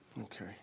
Okay